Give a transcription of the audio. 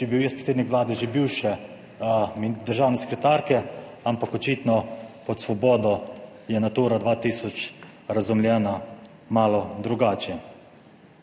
če bi bil jaz predsednik Vlade, že bivše državne sekretarke, ampak očitno pod svobodo je natura 2000 razumljena malo drugače.